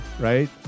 right